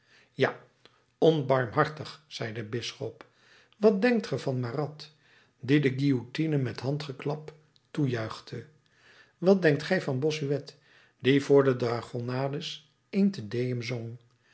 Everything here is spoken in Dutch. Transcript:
ja onbarmhartig zei de bisschop wat denkt ge van marat die de guillotine met handgeklap toejuichte wat denkt gij van bossuet die voor de dragonnades een te deum zong